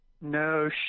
No